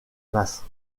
masse